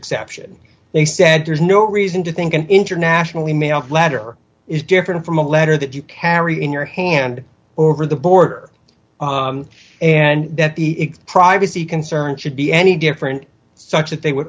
exception they said there's no reason to think an international e mail letter is different from a letter that you carry in your hand over the border and that the privacy concerns should be any different such that they would